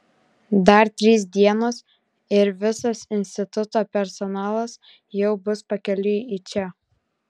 dar trys dienos ir visas instituto personalas jau bus pakeliui į čia